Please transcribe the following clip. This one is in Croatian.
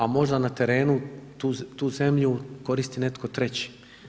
A možda na terenu tu zemlju koristi netko treći.